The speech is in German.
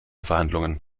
verhandlungen